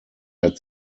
der